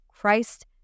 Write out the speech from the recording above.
Christ